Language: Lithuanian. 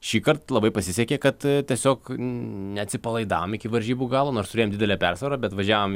šįkart labai pasisekė kad tiesiog neatsipalaidavom iki varžybų galo nors turėjom didelę persvarą bet važiavom